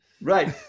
Right